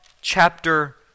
chapter